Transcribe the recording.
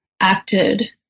acted